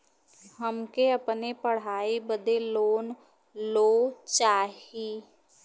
हमके अपने पढ़ाई बदे लोन लो चाही?